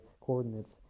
Coordinates